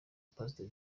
pastor